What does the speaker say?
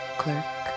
clerk